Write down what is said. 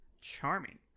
charming